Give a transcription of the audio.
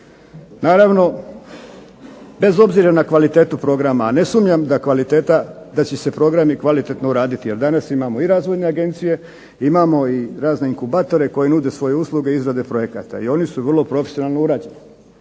Naravno, bez obzira na kvalitetu programa, a ne sumnjam da kvaliteta da će se programi kvalitetno uraditi, jer danas imamo i razvojne agencije, imamo i razne inkubatore koji nude svoje usluge izrade projekata i oni su vrlo profesionalno urađeni.